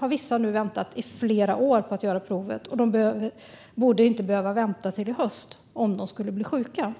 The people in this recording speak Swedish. har vissa nu väntat i flera år på att göra provet. De borde inte behöva vänta till i höst om de skulle bli sjuka.